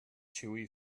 chewy